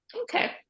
okay